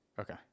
Okay